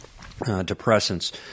depressants